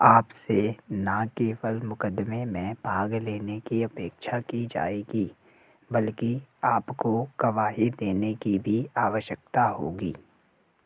आपसे न केवल मुक़दमे में भाग लेने की अपेक्षा की जाएगी बल्कि आपको गवाही देने की भी आवश्यकता होगी